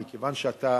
מכיוון שאתה